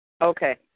Okay